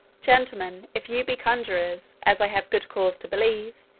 gentlemen, if you be conjurers, as i have good cause to believe,